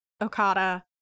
Okada